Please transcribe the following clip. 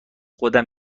خودم